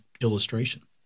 illustration